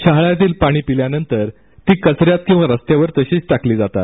शहाळ्यातील पाणी प्यायल्यानंतर ती कचन्यात किंवा रस्त्यावर तशीच टाकली जातात